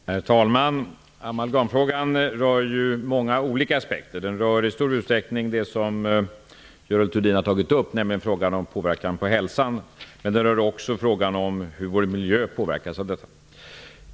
Herr talman! Amalgamfrågan har många olika aspekter. Den rör i stor utsträckning det som Görel Thurdin har tagit upp, nämligen påverkan på hälsan, men den rör också hur vår miljö påverkas.